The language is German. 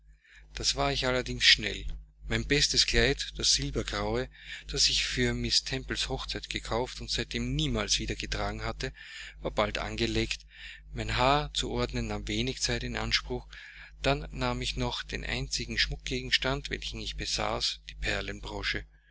das war ich allerdings schnell mein bestes kleid das silbergraue das ich für miß temples hochzeit gekauft und seitdem niemals wieder getragen hatte war bald angelegt mein haar zu ordnen nahm wenig zeit in anspruch dann nahm ich noch den einzigen schmuckgegenstand welchen ich besaß die